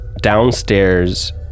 downstairs